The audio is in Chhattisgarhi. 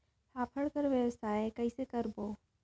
फाफण कौन व्यवसाय कइसे करबो?